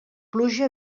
pluja